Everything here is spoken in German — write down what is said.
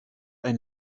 ein